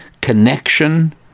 connection